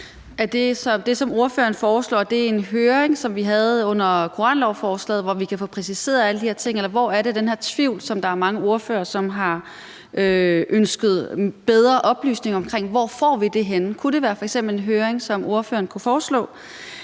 Er det, som ordføreren foreslår, en høring, som vi havde under koranlovforslaget, hvor vi kan få præciseret alle de her ting, eller hvor er det, den her tvivl, som har fået mange ordførere til at ønske bedre oplysning, skal afklares? Hvor får vi det henne? Kunne det f.eks. være en høring, som ordføreren kunne foreslå?